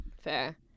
Fair